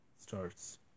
starts